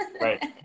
right